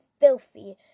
filthy